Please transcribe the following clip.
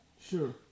Sure